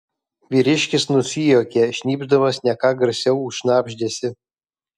vyriškis nusijuokė šnypšdamas ne ką garsiau už šnabždesį